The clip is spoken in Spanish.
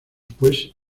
pues